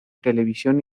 televisión